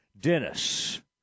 Dennis